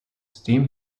steam